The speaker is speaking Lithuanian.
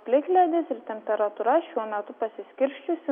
plikledis ir temperatūra šiuo metu pasiskirsčiusi